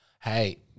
Hey